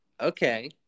okay